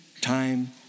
time